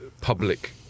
public